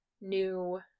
new